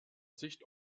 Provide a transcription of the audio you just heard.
sicht